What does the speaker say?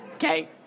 Okay